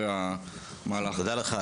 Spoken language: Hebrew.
תודה לך,